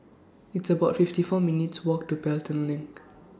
It's about fifty four minutes' Walk to Pelton LINK